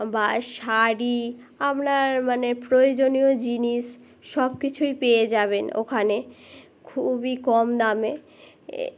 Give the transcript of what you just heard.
বা শাড়ি আপনার মানে প্রয়োজনীয় জিনিস সবকিছুই পেয়ে যাবেন ওখানে খুবই কম দামে এ